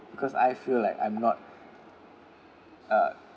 because I feel like I'm not uh